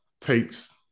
takes